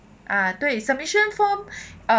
ah 对 submission form